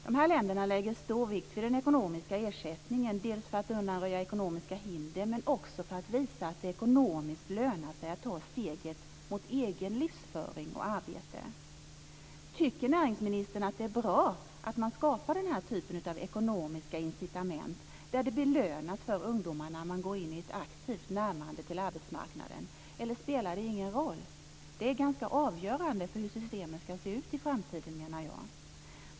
Dessa länder lägger stor vikt vid den ekonomiska ersättningen dels för att undanröja ekonomiska hinder, dels för att visa att det ekonomiskt lönar sig att ta steget mot egen livsföring och arbete. Tycker näringsministern att det är bra att man skapar denna typ av ekonomiska incitament, där ungdomarna belönas när de går in i ett aktivt närmande till arbetsmarknaden, eller spelar det ingen roll? Det är ganska avgörande för hur systemet ska se ut i framtiden, menar jag.